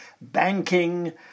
banking